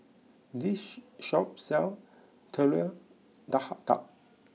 this shop sells Telur Dadah